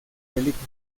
película